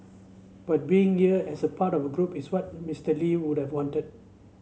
but being here as a part of a group is what Mister Lee would have wanted